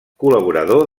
col·laborador